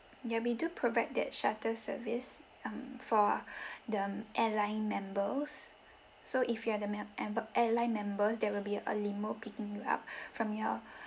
ya we do provide that shuttle service um for the airline members so if you'e the mem~ member airline members there will be a limo picking you up from your